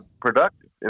productive